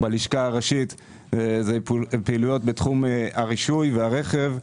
בלשכה הראשית זה פעילויות בתחום הרישוי והרכב,